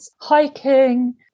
hiking